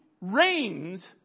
reigns